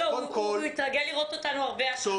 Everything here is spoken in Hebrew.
הוא יתרגל לראות אותנו הרבה השנה.